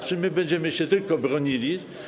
Czy my będziemy się tylko bronili?